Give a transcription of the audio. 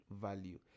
value